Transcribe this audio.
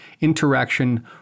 interaction